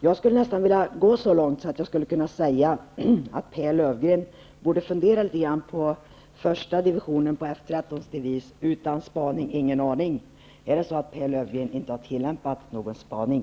Jag skulle nästan vilja gå så långt att jag sade att Pehr Löfgreen borde fundera litet på devisen för första divisionen på F 13: Utan spaning, ingen aning. Är det så att Pehr Löfgreen inte har tillämpat någon spaning?